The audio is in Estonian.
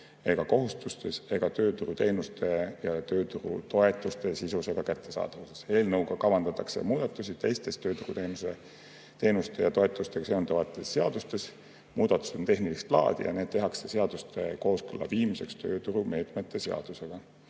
ega kohustustes ega tööturuteenuste ja tööturutoetuste sisus ega kättesaadavuses. Eelnõuga kavandatakse muudatusi teistes tööturuteenuste ja -toetustega seonduvates seadustes. Muudatused on tehnilist laadi ja need tehakse seaduste kooskõlla viimiseks tööturumeetmete seadusega.